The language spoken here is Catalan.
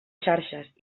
xarxes